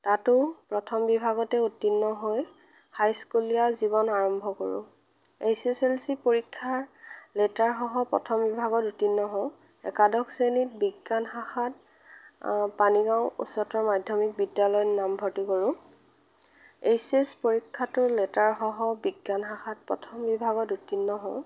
তাতো প্ৰথম বিভাগতে উত্তীৰ্ণ হৈ হাইস্কুলীয়া জীৱন আৰম্ভ কৰোঁ এইচ এচ এল চি পৰীক্ষাৰ লেটাৰসহ প্ৰথম বিভাগত উত্তীৰ্ণ হওঁ একাদশ শ্ৰেণীত বিজ্ঞান শাখাত পানীগাঁও উচ্চতৰ মাধ্যমিকত নামভৰ্তি কৰোঁ এইচ এচ পৰীক্ষাতো লেটাৰসহ বিজ্ঞান শাখাত প্ৰথম বিভাগত উত্তীৰ্ণ হওঁ